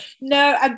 No